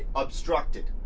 obstructed.